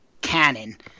cannon